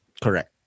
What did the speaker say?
Correct